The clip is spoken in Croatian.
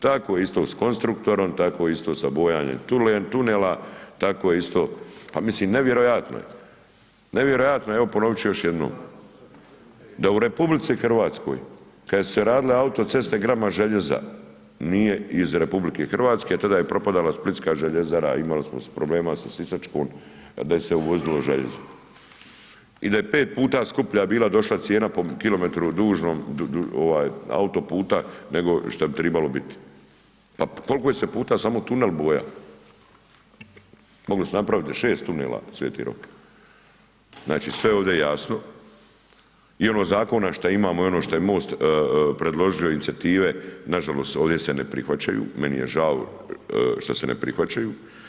Tako isto s Konstruktorom, tako isto sa bojanjem tunela, tako isto, pa mislim nevjerojatno je nevjerojatno je, evo ponovit ću još jednom, da u RH kad su se radile auto ceste, grama željeza nije iz RH, tada je propadala Splitska željezara, imali smo problema sa Sisačkom da je se uvozilo željezo i da je pet puta skuplja bila došla cijena po km dužnom auto puta, nego šta bi tribalo biti, pa kolko je se puta samo tunel boja, mogli su napraviti 6 tunela Sveti Rok, znači sve je ovdje jasno i ono zakona šta imamo i ono šta je MOST predložio, inicijative, nažalost, ovdje se ne prihvaćaju, meni je žao što se ne prihvaćaju.